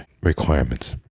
requirements